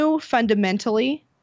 fundamentally